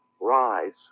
rise